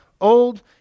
Old